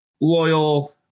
loyal